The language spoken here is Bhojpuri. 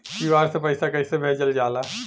क्यू.आर से पैसा कैसे भेजल जाला?